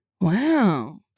Wow